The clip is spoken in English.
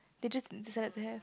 they just decided to have